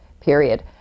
period